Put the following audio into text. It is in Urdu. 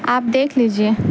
آپ دیکھ لیجیے